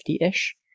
ish